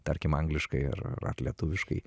tarkim angliškai ar ar lietuviškai